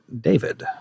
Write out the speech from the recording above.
David